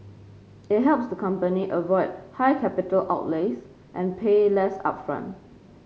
it helps the company avoid high capital outlays and pay less upfront